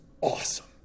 awesome